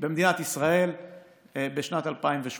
במדינת ישראל בשנת 2018,